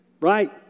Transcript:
right